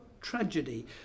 tragedy